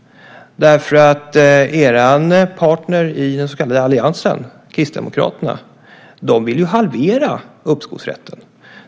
Er partner i den så kallade alliansen, Kristdemokraterna, vill halvera uppskovsrätten.